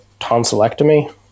tonsillectomy